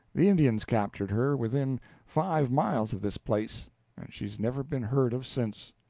the indians captured her within five miles of this place, and she's never been heard of since.